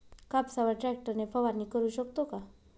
कापसावर ट्रॅक्टर ने फवारणी करु शकतो का?